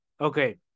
Okay